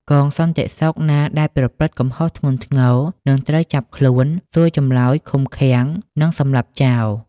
កងសន្តិសុខណាដែលប្រព្រឹត្តកំហុសធ្ងន់ធ្ងរ នឹងត្រូវចាប់ខ្លួន សួរចម្លើយ ឃុំឃាំង និងសម្លាប់ចោល។